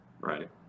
right